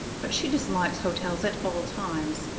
but she dislikes hotels at all times,